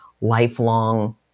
lifelong